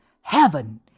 heaven